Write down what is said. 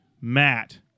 Matt